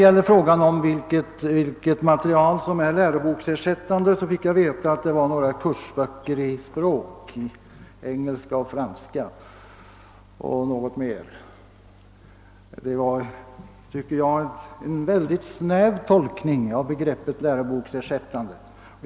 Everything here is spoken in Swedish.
På frågan om vilket materiel som är läroboksersättande fick jag veta att det var några kursböcker i språk, engelska, franska och tyska. Det är enligt min mening en mycket snäv tolkning av begreppet läroboksersättande.